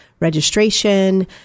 registration